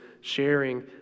sharing